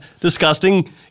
disgusting